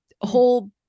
whole